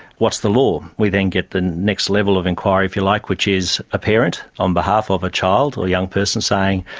what's the law? we then get the next level of enquiry, if you like, which is a parent, on behalf of a child or young person saying,